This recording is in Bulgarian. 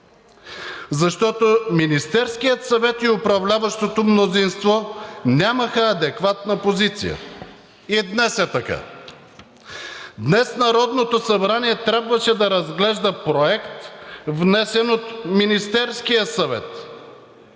защото Министерският съвет и управляващото мнозинство нямаха адекватна позиция. И днес е така. Днес Народното събрание трябваше да разглежда проект, внесен от Министерския съвет,